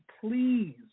please